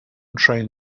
train